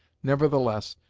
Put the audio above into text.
nevertheless,